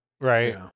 right